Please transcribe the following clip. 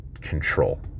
control